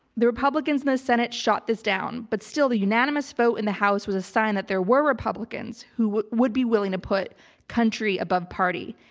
the republicans in the senate shot this down, but still the unanimous vote in the house was a sign that there were republicans who would would be willing to put country above party.